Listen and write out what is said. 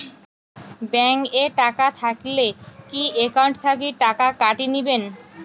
Bank এ টাকা থাকিলে কি একাউন্ট থাকি টাকা কাটি নিবেন?